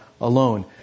alone